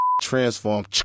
transform